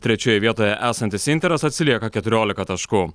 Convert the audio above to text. trečioje vietoje esantis interas atsilieka keturiolika taškų